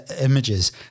images